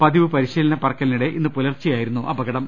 പതിവ് പരിശീലന പറക്കലിനിടെ ഇന്ന് പുലർച്ചെയായിരുന്നു അപ കടം